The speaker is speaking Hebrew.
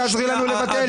שתעזרי לנו לבטל?